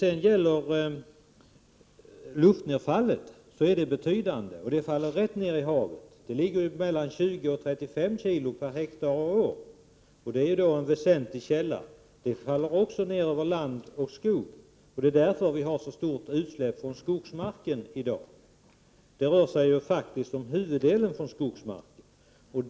Luftnedfallet är däremot betydande, och det faller rätt ned i havet. Det ligger på mellan 20 och 35 kilo per hektar och år. Det är en väsentlig källa. Dessa föroreningar faller också ned över land och skog. Det är därför vi har så stort utsläpp från skogsmark i dag. Huvuddelen kommer faktiskt från skogsmarken.